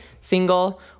single